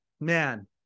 man